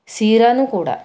ಸೀರಾನೂ ಕೂಡ